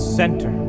center